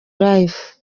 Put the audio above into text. lyfe